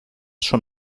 schon